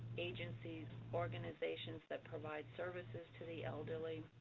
agencies organizations that provide services to the elderly.